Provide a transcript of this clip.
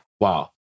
Wow